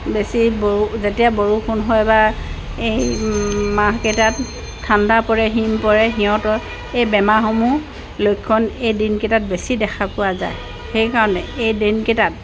বেছি বৰ যেতিয়া বৰষুণ হয় বা এই মাহকেইটাত ঠাণ্ডা পৰে হিম পৰে সিহঁতৰ এই বেমাৰসমূহ লক্ষণ এই দিনকেইটাত বেছি দেখা পোৱা যায় সেইকাৰণে এই দিনকেইটাত